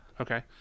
Okay